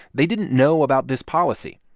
they didn't know about this policy.